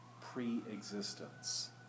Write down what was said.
pre-existence